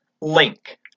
link